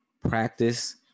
practice